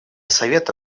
совета